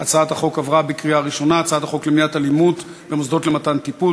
הצעת חוק למניעת אלימות במוסדות למתן טיפול